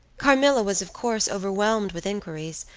carmilla was, of course, overwhelmed with inquiries,